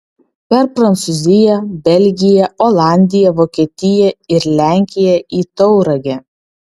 per prancūziją belgiją olandiją vokietiją ir lenkiją į tauragę